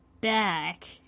back